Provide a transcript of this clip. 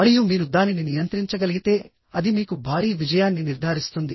మరియు మీరు దానిని నియంత్రించగలిగితేఅది మీకు భారీ విజయాన్ని నిర్ధారిస్తుంది